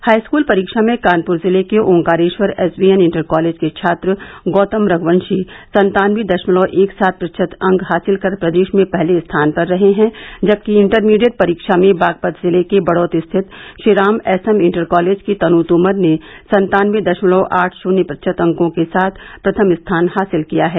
high school परीक्षा में कानपुर जिले के ऑकारेश्वर एसवीएन इंटर कॉलेज के छात्र गौतम रघ्वंशी सत्तानवे दशमलव एक सात प्रतिशत अंक हासिल कर प्रदेश में पहले स्थान पर रहे हैं जबकि इंटरमीडिएट परीक्षा में बागपत जिले के बड़ौत स्थित श्रीराम एसएम इंटर कॉलेज की तनु तोमर ने सत्तानवे दशमलव आठ शून्य प्रतिशत अंकों के साथ प्रथम स्थान हासिल किया है